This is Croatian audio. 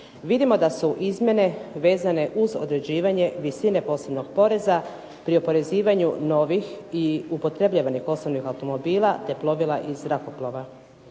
vidimo da su izmjene vezane uz određivanje visine posebnog poreza pri oporezivanju novih i upotrebljavanih osobnih automobila, te plovila i zrakoplova.